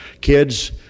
kids